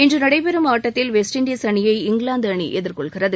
இன்று நடைபெறும் ஆட்டத்தில் வெஸ்ட் இண்டஸ் அணியை இங்கிலாந்து அணி எதிர்கொள்கிறது